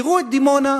תראו את מודיעין,